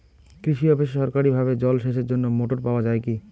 কৃষি অফিসে সরকারিভাবে জল সেচের জন্য মোটর পাওয়া যায় কি?